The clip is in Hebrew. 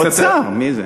האוצר, מי זה?